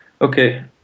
Okay